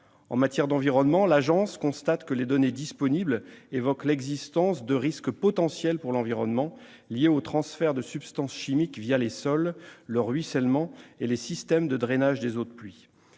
En matière d'environnement, l'Agence constate que les données disponibles évoquent « l'existence de risques potentiels pour l'environnement », liés au transfert de substances chimiques les sols, le ruissellement et les systèmes de drainage des eaux de pluie.